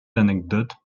anecdotes